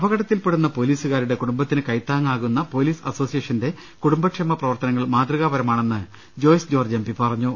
അപകടത്തിൽപെടുന്ന പോലീസുകാരുടെ കുടുംബ ത്തിന് കൈത്താങ്ങാകുന്ന പോലീസ് അസോസിയേഷ ന്റെ കുടുംബക്ഷേമ പ്രവർത്തനങ്ങൾ മാതൃകാപരമാ ണെന്ന് ജോയ്സ് ജോർജ് എം പി പറഞ്ഞു